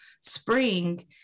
spring